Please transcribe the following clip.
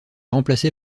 remplacé